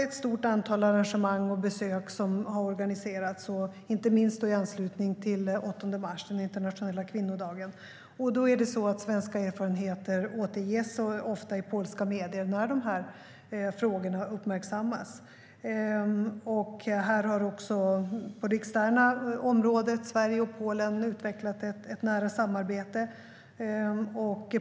Ett stort antal arrangemang och besök har organiserats inte minst i anslutning till den internationella kvinnodagen den 8 mars. Svenska erfarenheter återges ofta i polska medier när de frågorna uppmärksammas. På det externa området har Sverige och Polen utvecklat ett nära samarbete.